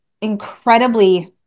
incredibly